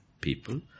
people